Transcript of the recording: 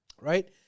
right